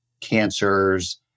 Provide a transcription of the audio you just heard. cancers